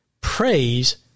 Praise